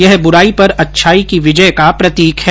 यह बुराई पर अच्छाई की विजय का प्रतीक है